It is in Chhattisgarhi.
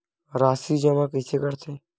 राशि जमा कइसे करथे?